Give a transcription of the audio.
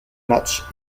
match